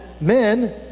men